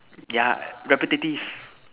yeah repetitive